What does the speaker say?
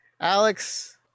Alex